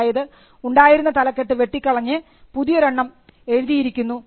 അതായത് ഉണ്ടായിരുന്ന തലക്കെട്ട് വെട്ടിക്കളഞ്ഞ് പുതിയതൊരെണ്ണം എഴുതിയിരിക്കുന്നു